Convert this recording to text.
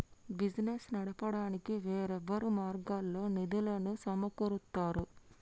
business నడపడానికి వేర్వేరు మార్గాల్లో నిధులను సమకూరుత్తారు